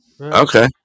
Okay